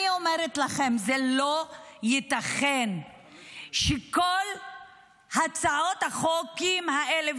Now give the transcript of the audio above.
אני אומרת לכם: זה לא ייתכן שכל הצעות החוק האלה,